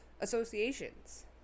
associations